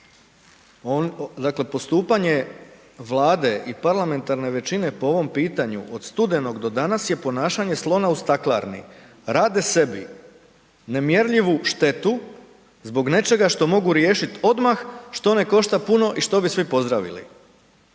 Dakle, postupanje Vlade i parlamentarne većine po ovom pitanju od studenog do danas je ponašanje slona u staklarni. Rade sebi nemjerljivu štetu zbog nečega što mogu riješit odmah što ne košta puno i što bi svi pozdravili.